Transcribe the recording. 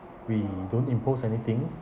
we don't impose anything